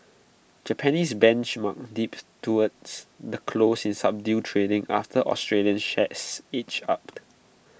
Japanese benchmarks dipped towards the close in subdued trading after Australian shares edged up